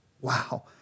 Wow